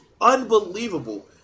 unbelievable